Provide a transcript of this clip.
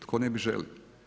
Tko ne bi želio.